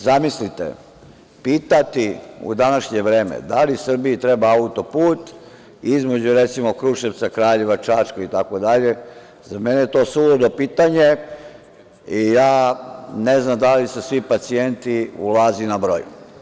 Zamislite, pitati u današnje vreme – da li Srbiji treba auto-put između, recimo, Kruševca, Kraljeva, Čačka, itd, za mene je to suludo pitanje i ja ne znam da li su svi pacijenti u „Lazi“ na broju.